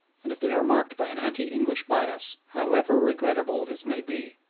and if they are marked by an anti-english bias, however regrettable this may be,